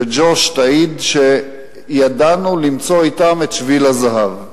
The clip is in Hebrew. שג'וש, תעיד שידענו למצוא אתם את שביל הזהב.